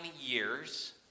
years